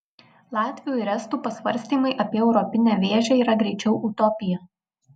latvių ir estų pasvarstymai apie europinę vėžę yra greičiau utopija